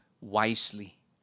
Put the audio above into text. wisely